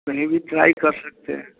त ये भी ट्राई कर सकते हैं